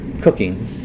cooking